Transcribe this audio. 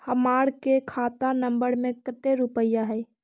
हमार के खाता नंबर में कते रूपैया है?